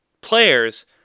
players